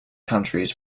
countries